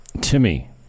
Timmy